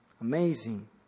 Amazing